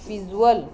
visual